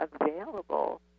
available